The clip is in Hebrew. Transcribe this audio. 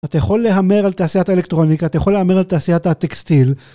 אתה יכול להמר על תעשיית האלקטרוניקה, אתה יכול להמר על תעשיית הטקסטיל.